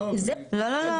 לא, לא.